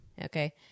Okay